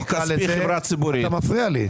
דוח כספי של חברה ציבורית --- אתה מפריע לי,